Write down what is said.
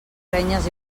renyes